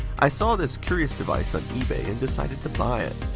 i saw this curious device on ebay and decided to buy it.